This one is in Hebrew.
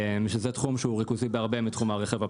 שזה תחום שהוא ריכוזי בהרבה מתחום הרכב הפרטי,